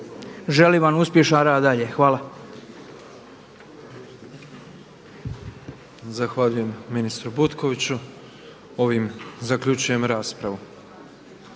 želim vam uspješan rad dalje. Hvala. **Petrov, Božo (MOST)** Zahvaljujem ministru Butkoviću. Ovim zaključujem raspravu.